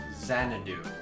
Xanadu